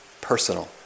personal